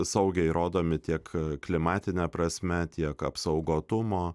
saugiai rodomi tiek klimatine prasme tiek apsaugotumo